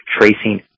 tracing